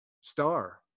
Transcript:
star